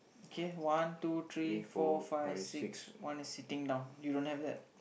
okay one two three four five six one is sitting down you don't have that